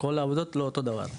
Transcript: כל העבודות לא אותו דבר.